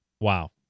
wow